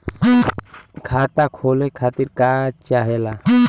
खाता खोले खातीर का चाहे ला?